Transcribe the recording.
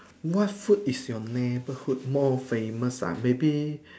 what food is your neighbourhood more famous ah maybe